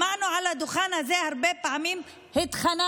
שמענו על הדוכן הזה הרבה פעמים "התחננו".